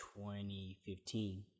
2015